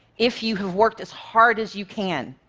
if you have worked as hard as you can,